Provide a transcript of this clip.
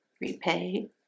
repay